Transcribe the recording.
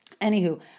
Anywho